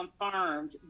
confirmed